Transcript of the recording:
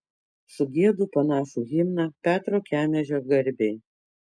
sugiedu panašų himną petro kemežio garbei